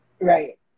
Right